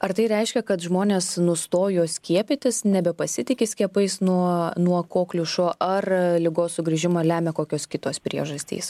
ar tai reiškia kad žmonės nustojo skiepytis nebepasitiki skiepais nuo nuo kokliušo ar ligos sugrįžimą lemia kokios kitos priežastys